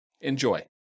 Enjoy